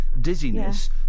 dizziness